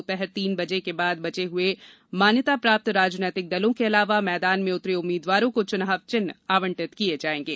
दोपहर तीन बजे के बाद बचे हुए मान्यता प्राप्त राजनीतिक दलों के अलावा मैदान में उतरे उम्मीद्वारों को चुनाव चिन्ह आंवटित किये जायेंगे